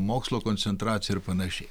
mokslo koncentracija ir panašiai